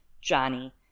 Johnny